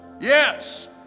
yes